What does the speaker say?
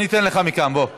נגד, 38, נמנע אחד.